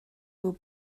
will